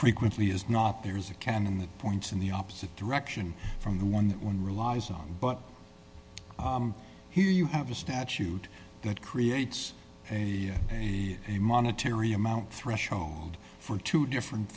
frequently is not there is a canon that points in the opposite direction from the one that relies on but here you have a statute that creates a monetary amount threshold for two different